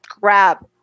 grab